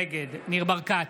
נגד ניר ברקת,